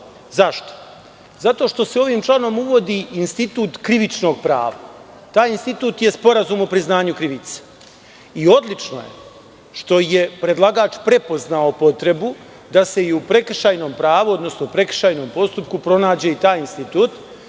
Zašto? Zato što se ovim članom uvodi institut krivičnog prava. Taj institut je sporazum o priznanju krivice. Odlično je što je predlagač prepoznao potrebu da se i u prekršajnom pravu, odnosno u prekršajnom postupku pronađe i taj institut